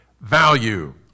value